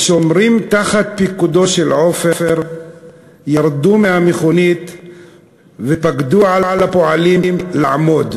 השומרים תחת פיקודו של עופר ירדו מהמכונית ופקדו על הפועלים לעמוד,